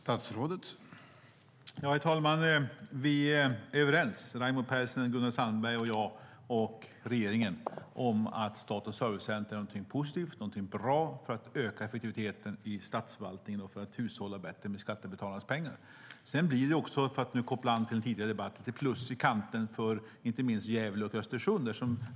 Herr talman! Vi är överens, Raimo Pärssinen, Gunnar Sandberg, jag och regeringen, om att Statens servicecenter är något positivt och bra för att öka effektiviteten i statsförvaltningen och för att hushålla bättre med skattebetalarnas pengar. Sedan blir det också, för att koppla an till en tidigare debatt, lite plus i kanten för inte minst Gävle och Östersund.